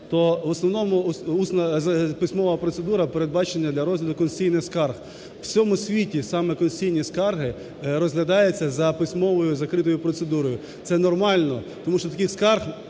то в основному письмова процедура передбачена для розгляду конституційних скарг. У всьому світі саме конституційні скарги розглядаються за письмовою закритою процедурою. Це нормально, тому що таких скарг